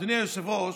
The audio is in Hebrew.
אדוני היושב-ראש,